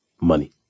money